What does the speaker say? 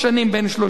בן 30,